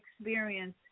experience